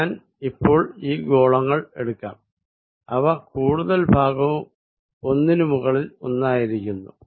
ഞാൻ ഇപ്പോൾ ഈ ഗോളങ്ങൾ എടുക്കാം ഇവ കൂടുതൽ ഭാഗവും ഒന്നിന് മുകളിൽ ഒന്നായിരിക്കുന്നു